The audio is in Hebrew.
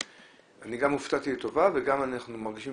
אני גם הופתעתי לטובה וגם אנחנו מרגישים